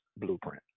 blueprint